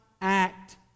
act